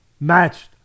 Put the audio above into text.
matched